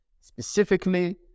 specifically